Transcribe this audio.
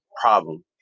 problem